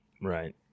Right